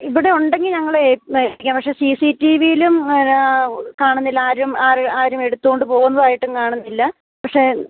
ഇവിടെ ഉണ്ടെങ്കിൽ ഞങ്ങൾ ഏൽപ്പിക്കാം പക്ഷെ സി സി ടിവിയിലും എന്നാ കാണുന്നില്ല ആരും ആര് ആരും എടുത്തുകൊണ്ട് പോകുന്നതായിട്ടും കാണുന്നില്ല പക്ഷെ